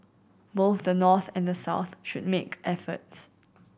both the North and the South should make efforts